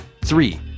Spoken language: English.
Three